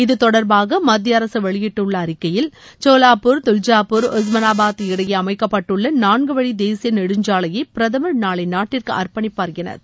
இதுதொடர்பாக மத்திய அரசு வெளியிட்டுள்ள அறிக்கையில் சோலாப்பூர் துல்ஜாப்பூர் ஒஸ்மனாபாத் இடையே அமைக்கப்பட்டுள்ள நான்கு வழி தேசிய நெடுஞ்சாலையை பிரதமர் நாளை நாட்டிற்கு அர்ப்பணிப்பார் என தெரிவிரிக்கப்பட்டுள்ளது